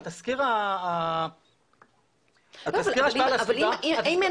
תסקיר ההשפעה על הסביבה --- אבל אם אין לי